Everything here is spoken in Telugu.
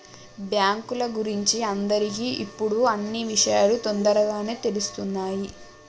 బాంకుల గురించి అందరికి ఇప్పుడు అన్నీ ఇషయాలు తోందరగానే తెలుస్తున్నాయి